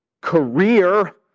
career